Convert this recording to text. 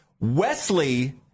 Wesley